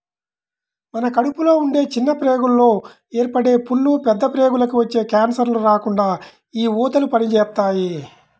మన కడుపులో ఉండే చిన్న ప్రేగుల్లో ఏర్పడే పుళ్ళు, పెద్ద ప్రేగులకి వచ్చే కాన్సర్లు రాకుండా యీ ఊదలు పనిజేత్తాయి